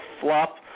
flop